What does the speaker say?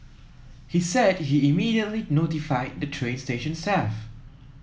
he said he immediately notified the train station staff